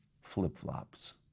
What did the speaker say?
flip-flops